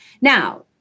Now